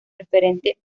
preferente